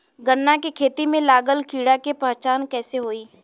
गन्ना के खेती में लागल कीड़ा के पहचान कैसे होयी?